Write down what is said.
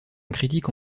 critique